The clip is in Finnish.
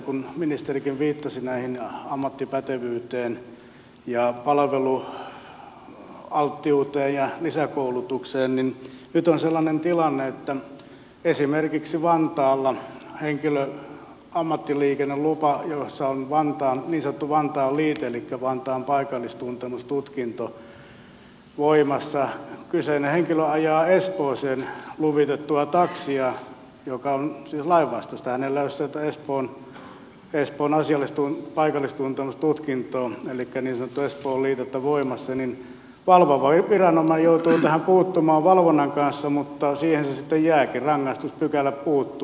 kun ministerikin viittasi näihin ammattipätevyyteen ja palvelualttiuteen ja lisäkoulutukseen niin nyt on sellainen tilanne että jos on esimerkiksi vantaalla henkilön ammattiliikennelupa jossa on niin sanottu vantaan liite elikkä vantaan paikallistuntemustutkinto voimassa ja kyseinen henkilö ajaa espooseen luvitettua taksia mikä on siis lainvastaista jos hänellä ei ole espoon paikallistuntemustutkintoa elikkä niin sanottua espoon liitettä voimassa niin valvova viranomainen joutuu tähän puuttumaan valvonnan kanssa mutta siihen se sitten jääkin rangaistuspykälä puuttuu